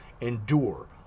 endure